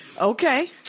Okay